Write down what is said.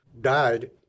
died